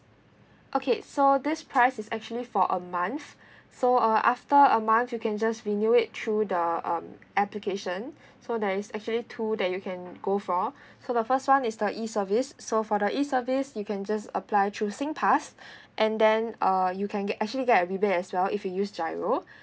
okay so this price is actually for a month so uh after a month you can just renew it through the um application so there is actually two that you can go for so the first one is the E service so for the E service you can just apply through singpass and then uh you can get actually get a rebate as well if you use giro